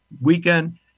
weekend